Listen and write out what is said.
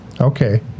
Okay